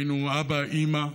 היינו אבא, אימא,